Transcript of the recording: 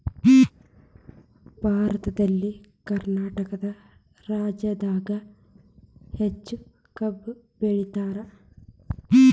ಭಾರತದಲ್ಲಿ ಕರ್ನಾಟಕ ರಾಜ್ಯದಾಗ ಹೆಚ್ಚ ಕಬ್ಬ್ ಬೆಳಿತಾರ